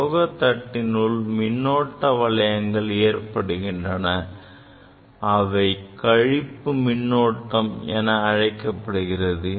உலோக தட்டினுள் மின்னோட்ட வளையங்கள் ஏற்படுகின்றன அவை கழிப்பு மின்னோட்டம் என அழைக்கப்படுகிறது